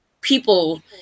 people